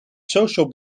social